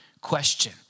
question